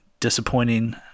disappointing